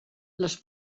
les